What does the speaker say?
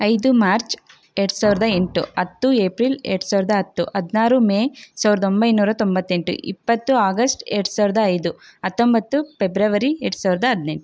ಐದು ಮಾರ್ಚ್ ಎರ್ಡ್ಸಾವಿರ್ದ ಎಂಟು ಹತ್ತು ಏಪ್ರಿಲ್ ಎರ್ಡ್ಸಾವಿರ್ದ ಹತ್ತು ಹದಿನಾರು ಮೇ ಸಾವಿರ್ದ ಒಂಬೈನೂರ ತೊಂಬತ್ತೆಂಟು ಇಪ್ಪತ್ತು ಆಗಸ್ಟ್ ಎರ್ಡ್ಸಾವಿರ್ದ ಐದು ಹತೊಂಬತ್ತು ಪೆಬ್ರವರಿ ಎರ್ಡ್ಸಾವಿರ್ದ ಹದ್ನೆಂಟು